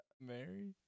Mary